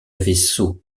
vaisseau